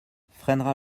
freinera